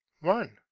one